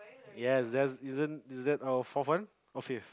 ya is that isn't is that all for fun or faith